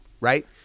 right